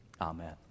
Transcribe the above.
Amen